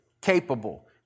capable